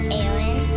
Aaron